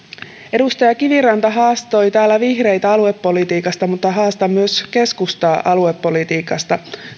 edustaja kiviranta haastoi täällä vihreitä aluepolitiikasta mutta haastan myös keskustaa aluepolitiikasta